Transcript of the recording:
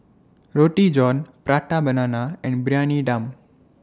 Roti John Prata Banana and Briyani Dum